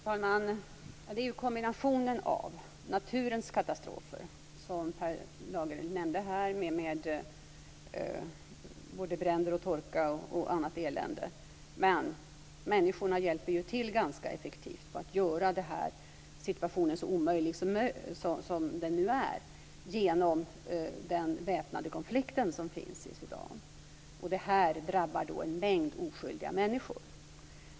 Fru talman! Det här handlar inte bara om naturens katastrofer. Per Lager nämnde här både bränder och torka och annat elände. Människorna hjälper också ganska effektivt till att göra situationen så omöjlig som den nu är genom den väpnade konflikt som råder i Sudan. Det här drabbar en mängd oskyldiga människor.